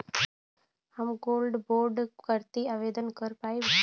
हम gold bond करती आवेदन कर पाईब?